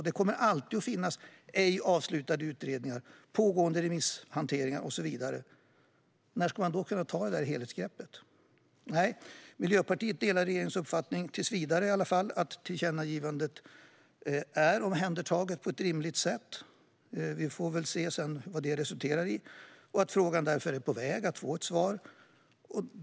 Det kommer alltid att finnas ej avslutade utredningar, pågående remisshanteringar och så vidare. När ska man då kunna ta det där helhetsgreppet? Miljöpartiet delar i stället regeringens uppfattning, i alla fall tills vidare, att tillkännagivandet är omhändertaget på ett rimligt sätt - vi får väl se sedan vad det resulterar i - och att frågan är på väg att få ett svar.